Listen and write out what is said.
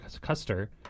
Custer